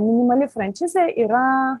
minimali frančizė yra